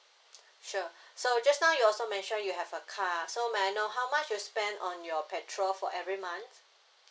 sure so just now you also mentioned you have a car so may I know how much you spend on your petrol for every month